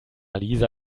lisa